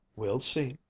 we'll see,